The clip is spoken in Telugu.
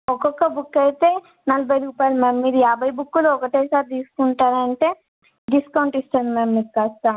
ఒక్కొక్క బుక్ అయితే నలభై రూపాయలు మ్యామ్ మీరు యాభై బుక్కులు ఒకటేసారి తీసుకుంటానంటే డిస్కౌంట్ ఇస్తాను మ్యామ్ మీకు కాస్త